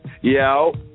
Yo